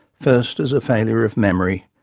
first as a failure of memory,